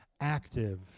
active